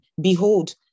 Behold